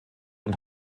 und